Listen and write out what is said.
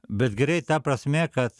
bet gerai ta prasme kad